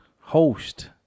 host